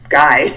guy